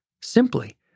simply